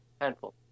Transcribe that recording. Handful